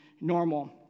normal